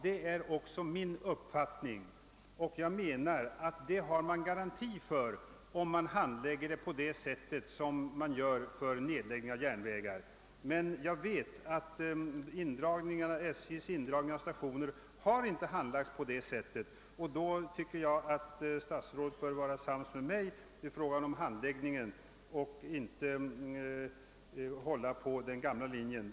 Det är också min uppfattning, och jag menar att man har garanti för att så verkligen sker om man handlägger planeringsfrågorna på samma sätt som man handlägger frågorna om nedläggning av järnvägar. Jag vet att SJ:s indragningar av stationer inte handläggs så, och då tycker jag att statsrådet kunde vara sams med mig i fråga om handläggningen och inte hålla fast vid den gamla linjen.